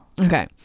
Okay